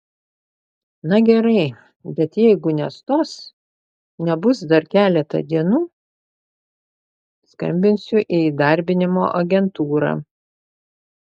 na gerai bet jeigu nestos nebus dar keletą dienų skambinsiu į įdarbinimo agentūrą